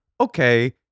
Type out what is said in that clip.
okay